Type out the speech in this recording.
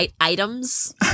Items